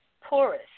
porous